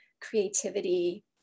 creativity